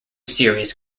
series